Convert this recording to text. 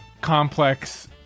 complex